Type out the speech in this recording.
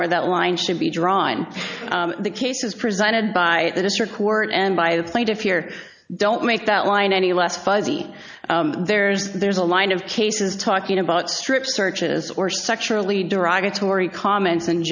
where that line should be drawn the case is presented by the district court and by the plaintiffs here don't make that line any less fuzzy there's there's a line of cases talking about strip searches or sexually derogatory comments